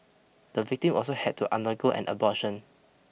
the victim also had to undergo an abortion